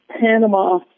Panama